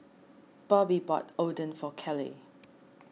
Bobbye bought Oden for Caleigh